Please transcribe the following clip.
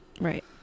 Right